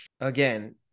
again